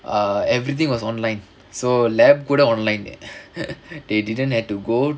err everything was online so laboratory கூட:kooda online they didn't have to go